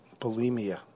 bulimia